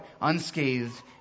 unscathed